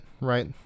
right